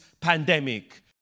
pandemic